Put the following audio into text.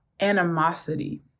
animosity